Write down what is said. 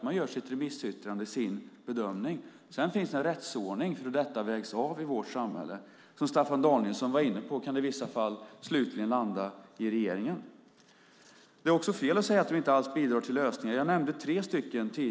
Man gör sitt remissyttrande, sin bedömning. Sedan finns det en rättsordning för hur detta vägs av i vårt samhälle. Som Staffan Danielsson var inne på kan det i vissa fall slutligen landa i regeringen. Det är också fel att säga att vi inte alls bidrar till lösningar. Jag nämnde tre stycken tidigare.